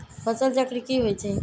फसल चक्र की होई छै?